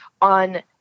on